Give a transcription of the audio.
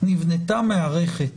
נבנתה מערכת